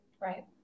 right